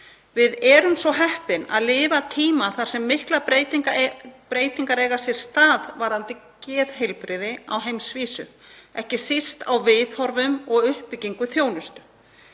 Við erum svo heppin að lifa tíma þar sem miklar breytingar eiga sér stað varðandi geðheilbrigði á heimsvísu, ekki síst á viðhorfum og uppbyggingu þjónustu.